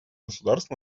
государств